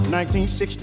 1960